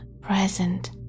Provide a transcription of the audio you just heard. present